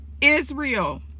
Israel